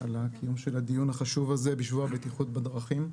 על הקיום של הדיון החשוב הזה בשבוע הבטיחות בדרכים.